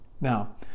Now